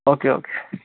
okay okay